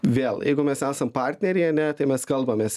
vėl jeigu mes esam partneriai ane tai mes kalbamės